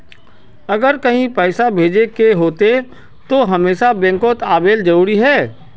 अगर कहीं पैसा भेजे करे के होते है तो हमेशा बैंक आबेले जरूरी है?